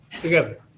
together